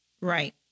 Right